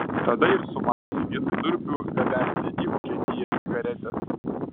tada ir sumanė vietoj durpių gabenti į vokietiją cigaretes